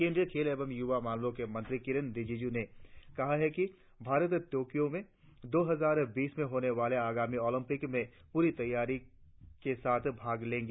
केंद्रीय खेल एवं युवा मामलों के मंत्री किरेन रिजिज् ने कहा कि भारत तोक्यों में दो हजार बीस में होने वाले आगामी ओलंपिक्स में प्ररी तैयारियों के साथ भाग लेगा